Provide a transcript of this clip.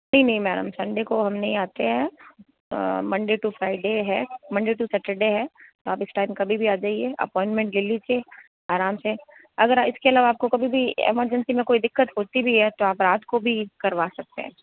नहीं नहीं ma'am Sunday को हम नहीं आते हैं मंडे टू फ्राइडे है मंडे टू सैटरडे है आप इस टाइम कभी भी आ जाइए आप अपॉइंटमेंट ले लीजिए आराम से अगर इसके अलावा आपको कभी भी इमरजेंसी में कोई दिक्कत होती भी है तो आप रात को भी करवा सकते हैं